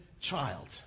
child